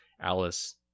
Alice